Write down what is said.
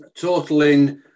totaling